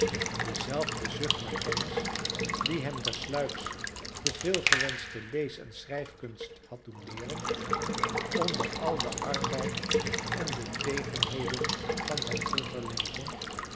dezelfde zucht naar kennis die hem ter sluiks de veelgewenschte lees en schrijfkunst had doen leeren onder al den arbeid en de tegenheden van zijn vroeger leven